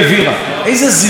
אדוני היושב-ראש,